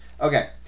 Okay